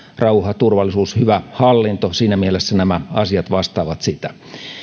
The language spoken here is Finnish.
rauha turvallisuus hyvä hallinto siinä mielessä nämä asiat vastaavat sitä